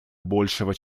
большего